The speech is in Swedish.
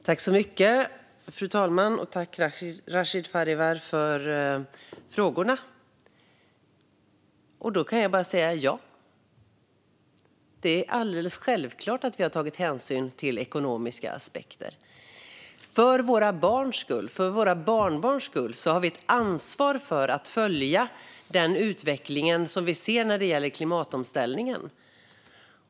Fru talman! Tack, Rashid Farivar, för frågan! Jag kan bara säga: Ja. Det är alldeles självklart att vi har tagit hänsyn till ekonomiska aspekter. För våra barns och våra barnbarns skull har vi ett ansvar att följa den utveckling vi ser när det gäller klimatomställningen.